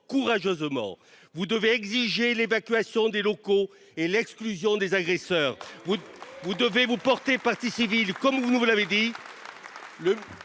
courageusement ! Vous devez exiger l’évacuation des locaux et l’exclusion des agresseurs. Vous devez vous porter partie civile, comme vous venez de